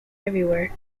everywhere